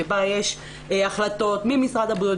שבה יש החלטות ממשרד הבריאות,